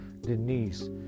Denise